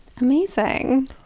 Amazing